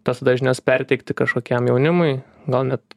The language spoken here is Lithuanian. tas tada žinias perteikti kažkokiam jaunimui gal net